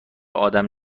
آدم